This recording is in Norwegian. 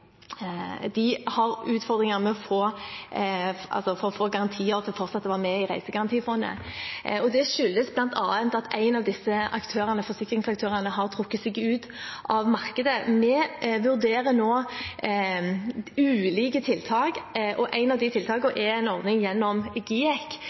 har utfordringer med å få garantier for fortsatt å være med i Reisegarantifondet. Det skyldes bl.a. at en av disse forsikringsaktørene har trukket seg ut av markedet. Vi vurderer nå ulike tiltak. Ett av tiltakene er en